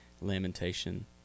lamentation